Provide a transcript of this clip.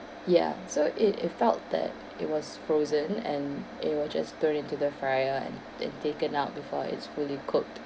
ya so it it felt that it was frozen and it was just thrown into the fryer and then taken out before it's fully cooked